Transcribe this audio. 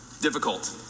Difficult